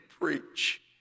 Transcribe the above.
preach